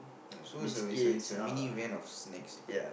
so is a is a is a mini van of snacks lah